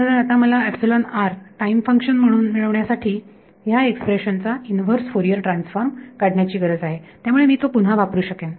तर आता मला टाईम फंक्शन म्हणून मिळवण्यासाठी ह्या एक्सप्रेशन चा इनव्हर्स फोरियर ट्रान्सफॉर्म काढण्याची गरज आहे त्यामुळे मी तो पुन्हा वापरू शकेन